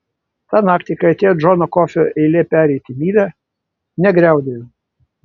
tą naktį kai atėjo džono kofio eilė pereiti mylia negriaudėjo